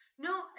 No